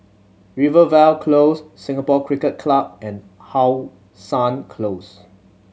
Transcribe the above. Rivervale Close Singapore Cricket Club and How Sun Close